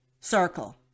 circle